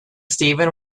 steven